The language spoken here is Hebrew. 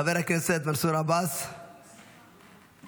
חבר הכנסת מנסור עבאס, בבקשה.